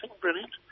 brilliant